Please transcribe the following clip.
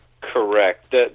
Correct